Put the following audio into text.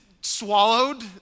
swallowed